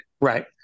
Right